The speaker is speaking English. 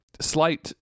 slight